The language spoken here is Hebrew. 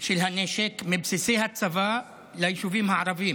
של הנשק מבסיסי הצבא ליישובים הערביים.